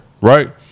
Right